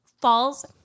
falls